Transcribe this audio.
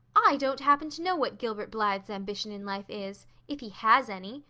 i don't happen to know what gilbert blythe's ambition in life is if he has any,